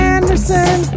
Anderson